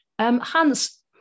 Hans